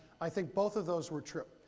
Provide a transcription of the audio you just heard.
i think both of those were true.